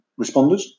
responders